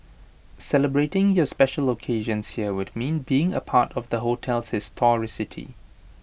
celebrating your special locations here would mean being A part of the hotel's historicity